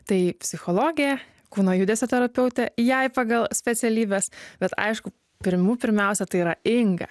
tai psichologė kūno judesio terapeutė jei pagal specialybes bet aišku pirmų pirmiausia tai yra inga